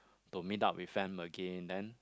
to meet up with them again then